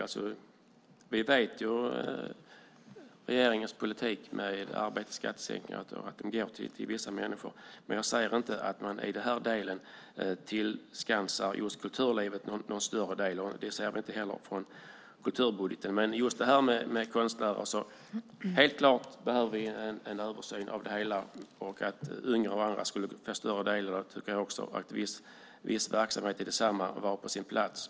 Vi känner till att regeringens politik med skattesänkningar på arbete går till vissa människor, men jag säger inte att man i den delen tillskansar just kulturlivet någon större del. Det ser vi inte heller i kulturbudgeten. Det är helt klart att det behövs en översyn och att yngre och andra skulle få en större del. Viss verksamhet skulle vara på sin plats.